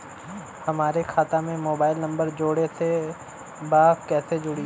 हमारे खाता मे मोबाइल नम्बर जोड़े के बा कैसे जुड़ी?